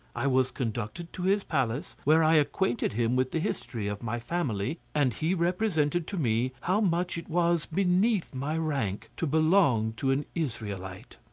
i was conducted to his palace, where i acquainted him with the history of my family, and he represented to me how much it was beneath my rank to belong to an israelite.